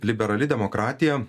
liberali demokratija